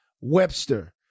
Webster